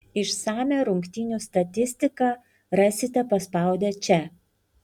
išsamią rungtynių statistiką rasite paspaudę čia